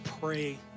pray